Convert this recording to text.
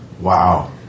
Wow